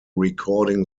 recording